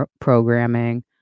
programming